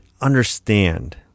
understand